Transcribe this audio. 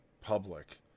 public